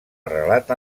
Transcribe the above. arrelat